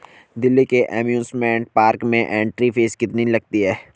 दिल्ली के amusement park में entry fees कितनी लगती है?